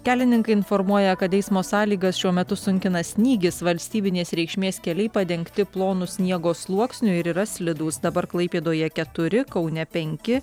kelininkai informuoja kad eismo sąlygas šiuo metu sunkina snygis valstybinės reikšmės keliai padengti plonu sniego sluoksniu ir yra slidūs dabar klaipėdoje keturi kaune penki